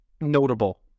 notable